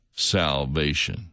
salvation